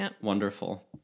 Wonderful